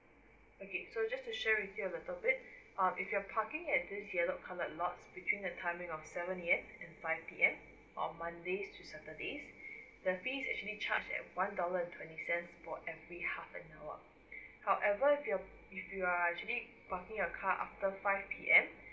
okay so just to share with you at the topic uh if you're parking at this yellow colour lots between the timing of seven A_M and five P_M on monday to saturday the fee actually charge at one dollar and twenty cents for every half an hour however your if you are actually parking your car after five P_M